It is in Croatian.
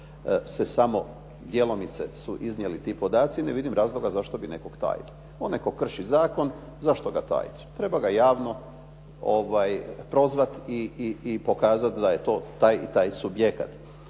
su nažalost djelomice iznijeti ti podaci. Ne vidim razloga zašto bi nekoga tajio. Onaj tko krši zakon, zašto ga tajiti. Treba ga javno prozvati i pokazati da je to taj i taj subjekata.